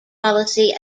policy